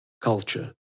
culture